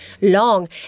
long